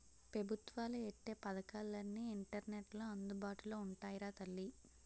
పెబుత్వాలు ఎట్టే పదకాలన్నీ ఇంటర్నెట్లో అందుబాటులో ఉంటాయిరా తల్లీ